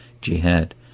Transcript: jihad